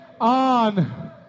on